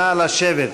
נא לשבת.